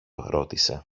ρώτησε